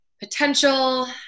potential